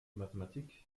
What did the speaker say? mathematik